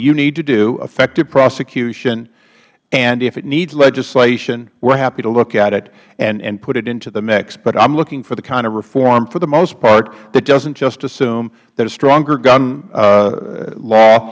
you need to do effective prosecution and if it needs legislation we are happy to look at it and put it into the mix but i am looking for the kind of reform for the most part that doesn't just assume that a stronger gu